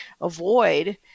avoid